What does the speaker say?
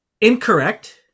Incorrect